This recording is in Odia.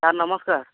ସାର୍ ନମସ୍କାର